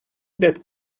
that